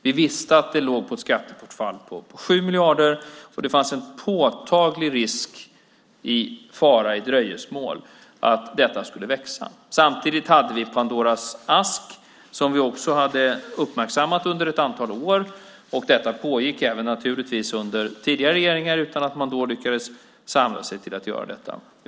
Vi visste att det fanns ett skattebortfall på 7 miljarder, och det fanns en påtaglig fara i dröjsmål, att detta skulle växa. Samtidigt hade vi Pandoras ask som vi också hade uppmärksammat under ett antal år. Detta pågick naturligtvis även under tidigare regeringar utan att man lyckades samla sig till att göra detta.